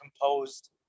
composed